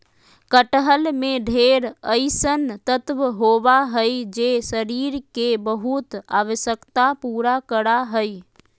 कटहल में ढेर अइसन तत्व होबा हइ जे शरीर के बहुत आवश्यकता पूरा करा हइ